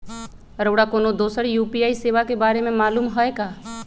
रउरा कोनो दोसर यू.पी.आई सेवा के बारे मे मालुम हए का?